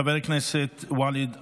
חבר הכנסת ואליד אלהואשלה,